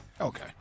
Okay